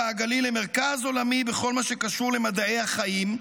הגליל למרכז עולמי בכל מה שקשור למדעי החיים?